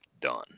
done